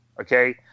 Okay